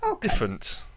different